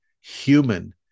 human